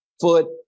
foot